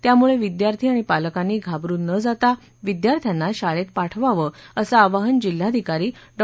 त्यामुळे विद्यार्थी आणि पालकांनी घाबरून न जाता विद्यार्थ्यांना शाळेत पाठवावं असं आवाहन जिल्हाधिकारी डॉ